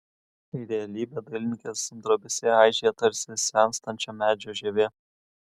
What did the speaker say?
realybė dailininkės drobėse aižėja tarsi senstančio medžio žievė